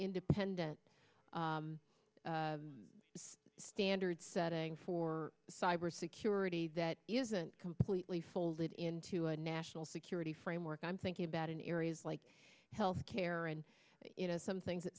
independent standard setting for cybersecurity that isn't completely folded into a national security framework i'm thinking about in areas like health care and you know some things that